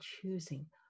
choosing